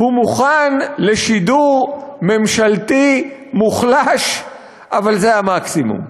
הוא מוכן לשידור ממשלתי מוחלש, אבל זה המקסימום.